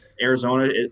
Arizona